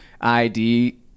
ID